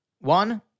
One